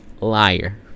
liar